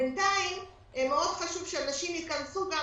בינתיים חשוב שאנשים ייכנסו גם